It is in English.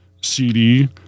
CD